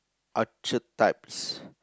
archetypes